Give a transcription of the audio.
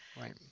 Right